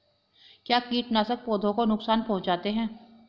क्या कीटनाशक पौधों को नुकसान पहुँचाते हैं?